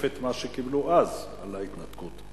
בתוספת מה שקיבלו אז על ההתנתקות.